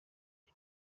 jye